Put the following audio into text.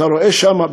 אתה רואה שם,